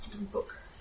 book